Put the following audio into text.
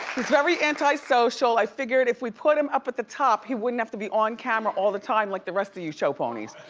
he's very antisocial. i figured if we put him up at the top, he wouldn't have to be on camera all the time like the rest of you show ponies.